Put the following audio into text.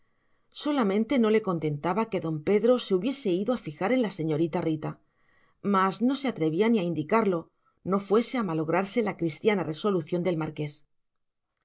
solamente no le contentaba que don pedro se hubiese ido a fijar en la señorita rita mas no se atrevía ni a indicarlo no fuese a malograrse la cristiana resolución del marqués